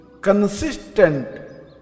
consistent